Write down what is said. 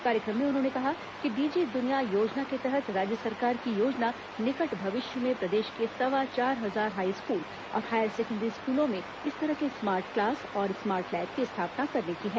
कार्यक्रम में उन्होंने कहा कि डीजी दुनिया योजना के तहत राज्य सरकार की योजना निकट भविष्य में प्रदेश के सवा चार हजार हाईस्कूल और हायर सेकेंडरी स्कूलों में इस तरह के स्मार्ट क्लास और स्मार्ट लैब की स्थापना करने की है